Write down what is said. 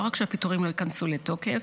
לא רק שהפיטורים לא ייכנסו לתוקף,